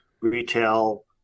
retail